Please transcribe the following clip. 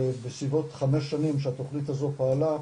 בסביבות חמש שנים שהתוכנית הזאת פעלה,